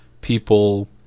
people